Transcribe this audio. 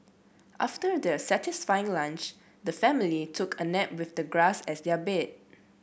after their satisfying lunch the family took a nap with the grass as their bed